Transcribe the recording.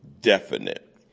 definite